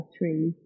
three